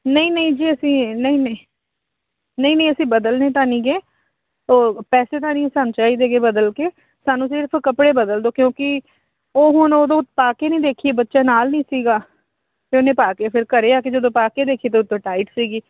ਨਹੀਂ ਨਹੀਂ ਜੀ ਅਸੀਂ ਨਹੀਂ ਨਹੀਂ ਨਹੀਂ ਨਹੀਂ ਅਸੀਂ ਬਦਲਣੇ ਤਾਂ ਨਹੀਂ ਹੈਗੇ ਉਹ ਪੈਸੇ ਤਾਂ ਨਹੀਂ ਸਾਨੂੰ ਚਾਹੀਦੇ ਕਿ ਬਦਲ ਕੇ ਸਾਨੂੰ ਸਿਰਫ ਕੱਪੜੇ ਬਦਲ ਦਿਓ ਕਿਉਂਕਿ ਉਹ ਹੁਣ ਉਦੋਂ ਪਾ ਕੇ ਨਹੀਂ ਦੇਖੀ ਬੱਚਾ ਨਾਲ ਨਹੀਂ ਸੀਗਾ ਅਤੇ ਉਹਨੇ ਪਾ ਕੇ ਫਿਰ ਘਰੇ ਆ ਕੇ ਜਦੋਂ ਪਾ ਕੇ ਦੇਖੀ ਤਾਂ ਉੱਤੋਂ ਟਾਈਟ ਸੀਗੀ